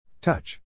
Touch